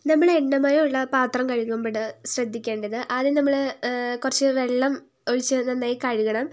നമ്മൾ എണ്ണമയമുള്ള പാത്രം കഴുകുമ്പോൾ ശ്രദ്ധിക്കേണ്ടത് ആദ്യം നമ്മൾ കുറച്ച് വെള്ളം ഒഴിച്ച് നന്നായി കഴുകണം